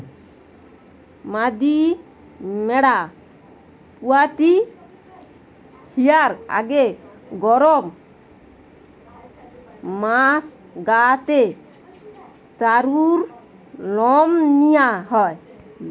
মাদি ম্যাড়া পুয়াতি হিয়ার আগে গরম মাস গা তে তারুর লম নিয়া হয়